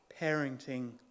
parenting